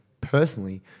personally